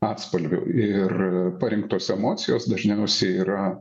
atspalviu ir parinktos emocijos dažniausiai yra